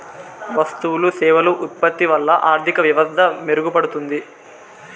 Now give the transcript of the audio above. వస్తువులు సేవలు ఉత్పత్తి వల్ల ఆర్థిక వ్యవస్థ మెరుగుపడుతుంది